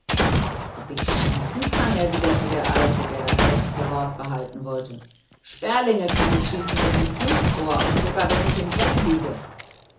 ob ich schießen kann erwiderte der alte der das letzte wort behalten wollte sperlinge kann ich schießen mit dem pustrohr und sogar wenn ich im bett liege